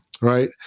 right